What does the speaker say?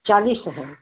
चालीस है